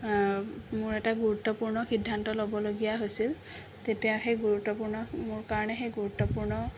মোৰ এটা গুৰুত্বপূৰ্ণ সিদ্ধান্ত ল'বলগীয়া হৈছিল তেতিয়া সেই গুৰুত্বপূৰ্ণ মোৰ কাৰণে সেই গুৰুত্বপূৰ্ণ